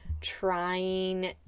trying